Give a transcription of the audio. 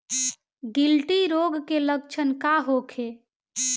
गिल्टी रोग के लक्षण का होखे?